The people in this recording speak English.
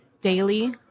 daily